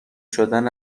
شدن